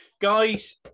Guys